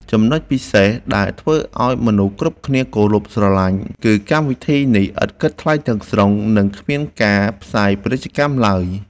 ចំណុចពិសេសដែលធ្វើឱ្យមនុស្សគ្រប់គ្នាគោរពស្រឡាញ់គឺកម្មវិធីនេះឥតគិតថ្លៃទាំងស្រុង និង គ្មានការផ្សាយពាណិជ្ជកម្មឡើយ។